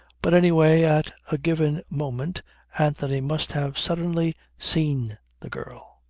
but any way at a given moment anthony must have suddenly seen the girl.